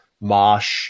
marsh